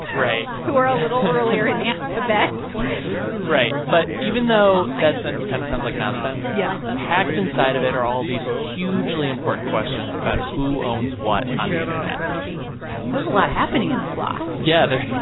right. who are a little earlier in the alphabet right. but even though that sentence kind of sounds like nonsense. yeah. packed inside of it are all these hugely important questions about who owns what on the internet there's a lot happening in the floss yeah. there.